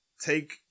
Take